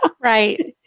Right